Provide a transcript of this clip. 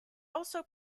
also